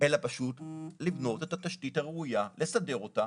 אלא פשוט לבנות את התשתית הראויה ולסדר אותה,